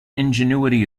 ingenuity